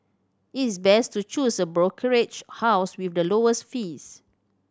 it's best to choose a brokerage house with the lowest fees